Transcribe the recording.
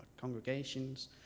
congregations